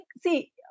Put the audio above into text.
see